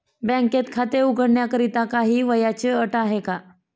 बँकेत खाते उघडण्याकरिता काही वयाची अट आहे का?